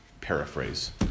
paraphrase